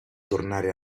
tornare